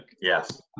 Yes